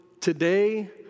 today